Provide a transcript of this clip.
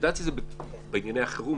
ידעתי את זה בענייני החירום,